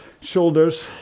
shoulders